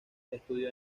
estudió